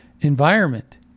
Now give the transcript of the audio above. environment